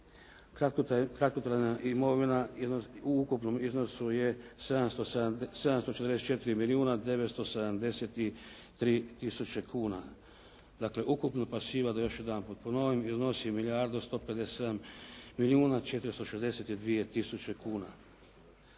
Kratkotrajna imovina u ukupnom iznosu je 744 milijuna 973 tisuće kuna. Dakle, ukupna pasiva da još jedanput ponovim iznosi milijardu 157 milijuna 462 tisuće kuna.